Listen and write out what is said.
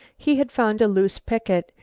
he had found a loose picket,